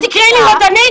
את תקראי לי רודנית?